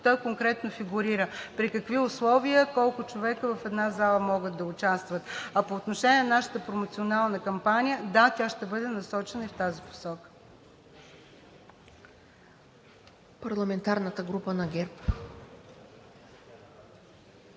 конкретно – при какви условия, колко човека в една зала могат да участват. По отношение на нашата промоционална кампания – да, тя ще бъде насочена и в тази посока.